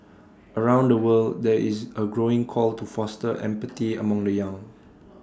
around the world there is A growing call to foster empathy among the young